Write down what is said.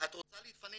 לתקנון